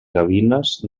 gavines